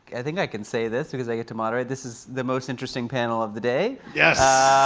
i think i can say this because i get to moderate, this is the most interesting panel of the day. yes!